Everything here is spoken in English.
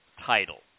title